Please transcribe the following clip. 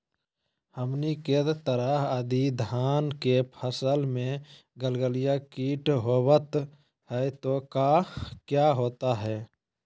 हमनी के तरह यदि धान के फसल में गलगलिया किट होबत है तो क्या होता ह?